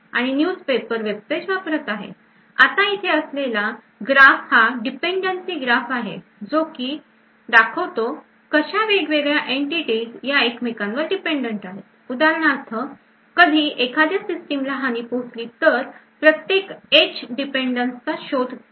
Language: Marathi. आणि न्युज पेपर web page वापरत आहे आता इथेअसलेला ग्राफ हा डीपेंडन्सी ग्राफ आहे जो की दाखवतो कशा वेगवेगळ्या entitities या एकमेकांवर डीपेंडंट आहे उदाहरणार्थ कधी एखाद्या सिस्टीमला हानी पोहोचली तर प्रत्येक H dependance चा शोध घेईन